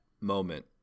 moment